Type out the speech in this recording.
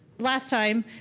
last time,